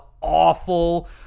awful